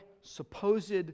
supposed